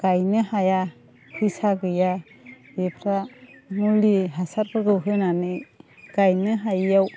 गायनो हाया फैसा गैया बेफोर मुलि हासारफोरखौ होनानै गायनो हायैयाव